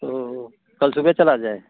तो कल सुबह चला जाय